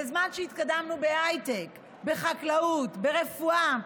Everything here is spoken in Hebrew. בזמן שהתקדמנו בהייטק, בחקלאות, ברפואה,